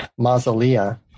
mausolea